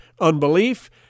unbelief